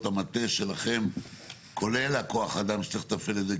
המטה שלכם כולל כוח האדם שצריך לתפעל זה,